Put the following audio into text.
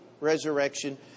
resurrection